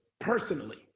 personally